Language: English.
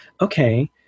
okay